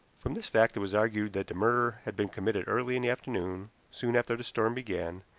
from this fact it was argued that the murder had been committed early in the afternoon, soon after the storm began,